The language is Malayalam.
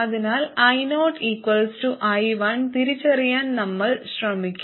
അതിനാൽ ioii തിരിച്ചറിയാൻ നമ്മൾ ശ്രമിക്കും